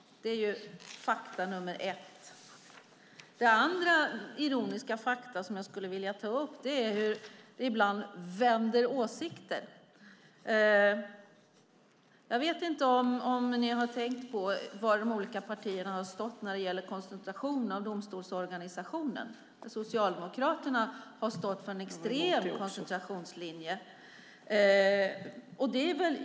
Det är faktum nummer ett. Det andra ironiska faktum som jag skulle vilja ta upp är hur man ibland byter åsikter. Jag vet inte om ni har tänkt på var de olika partierna har stått när det gäller koncentration av domstolsorganisationen. Socialdemokraterna har stått för en extrem koncentrationslinje.